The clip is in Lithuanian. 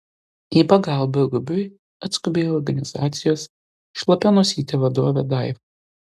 į pagalbą rubiui atskubėjo organizacijos šlapia nosytė vadovė daiva